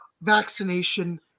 vaccination